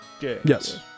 yes